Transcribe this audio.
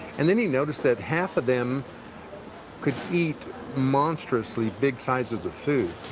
and then he noticed that half of them could eat monstrously big sizes of food.